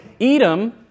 Edom